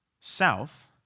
South